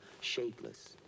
shapeless